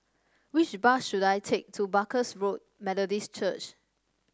which bus should I take to Barker Road Methodist Church